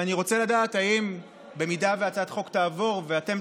ואני רוצה לדעת: אם הצעת החוק תעבור ואתם,